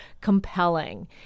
compelling